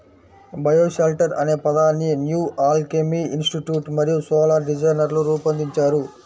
bioshelter అనే పదాన్ని New Alchemy Institute solar సోలార్ డిజైనర్లు రూపొందించారు